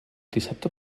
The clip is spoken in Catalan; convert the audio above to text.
dissabte